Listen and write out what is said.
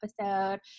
episode